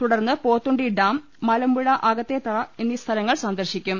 തുടർന്ന് പോത്തുണ്ടി ഡാം മലമ്പുഴ അകത്തേത്തറ എന്നീ സ്ഥലങ്ങൾ സന്ദർശിക്കും